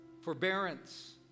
forbearance